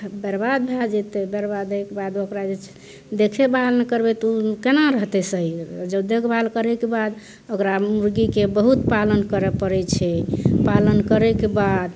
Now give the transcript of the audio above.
बरबाद भए जेतै बरबाद होइके बाद ओकरा जे छै देखेभाल नहि करबै तऽ ओ केना रहतै सही जँ देखभाल करैके बाद ओकरा मुर्गीके बहुत पालन करऽ पड़ैत छै पालन करैके बाद